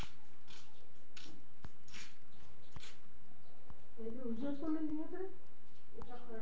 बँकेशिवाय किती परकारच्या पैशांच्या सेवा हाय?